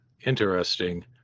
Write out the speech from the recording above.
interesting